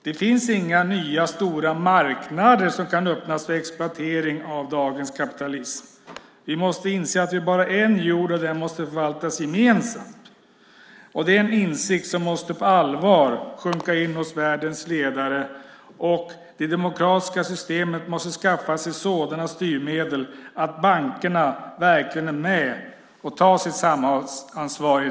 Det finns inga nya stora marknader som kan öppnas för exploatering av dagens kapitalism. Vi måste inse att vi bara har en jord, och den måste vi förvalta gemensamt. Det är en insikt som på allvar måste sjunka in hos världens ledare, och det demokratiska systemet måste skaffa sig sådana styrmedel att bankerna verkligen är med och tar sitt samhällsansvar.